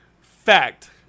Fact